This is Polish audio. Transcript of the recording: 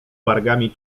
wargami